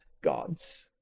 gods